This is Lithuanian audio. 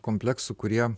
kompleksų kurie